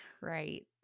right